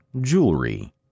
jewelry